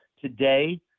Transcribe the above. Today